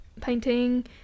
painting